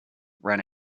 ran